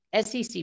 SEC